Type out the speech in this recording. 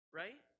right